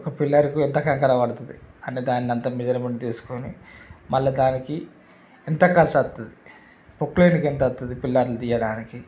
ఒక పిల్లర్కు ఎంత కంకర పడుతుంది అని దాన్ని అంతా మెజరుమెంట్ తీసుకొని మళ్ళా దానికి ఎంత ఖర్చు అవుతుంది ప్రొక్లేన్కు ఎంత అవుతుంది పిల్లర్లు తీయటానికి